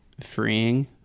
freeing